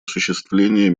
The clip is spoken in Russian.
осуществление